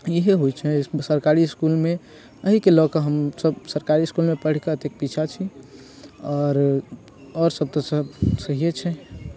इएहे होइ छै सरकारी इसकुलमे एहीके लऽ कऽ हम सभ सरकारी इसकुलमे पढ़िके अत्ते पीछा छी आओर आओर सभ तऽ सभ सहिये छै